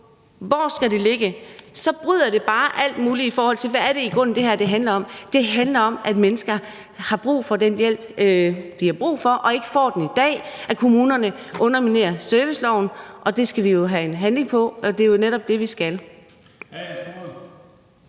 det skal ligge, bryder det bare med alt muligt, i forhold til hvad det i grunden er, det her handler om. Og det handler om, at mennesker har brug for den hjælp, de har brug for, og den får de ikke i dag, og at kommunerne underminerer serviceloven, og det skal vi jo handle på. Det er netop det, vi skal.